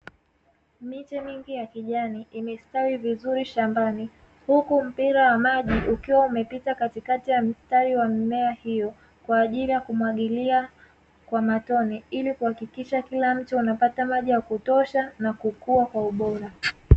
Miche mingi ya kijani imestawi vizuri shambani huku mpira wa maji ukiwa umepita katikati ya mstari wa mimea hiyo kwa ajili ya kumwagilia kwa matone ili kuhakikisha kila mche unapata maji ya kutosha na kukua kwa ubora.